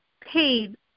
paid